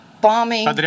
bombing